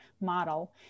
model